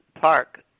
Park